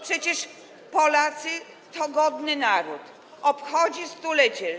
Przecież Polacy to godny naród, obchodzi stulecie.